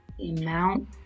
amount